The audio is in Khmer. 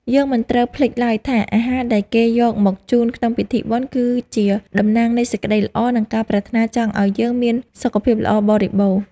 យើងមិនត្រូវភ្លេចឡើយថា អាហារដែលគេយកមកជូនក្នុងពិធីបុណ្យ គឺជាតំណាងនៃសេចក្តីល្អ និងការប្រាថ្នាចង់ឱ្យយើងមានសុខភាពល្អបរិបូរណ៍។